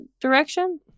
direction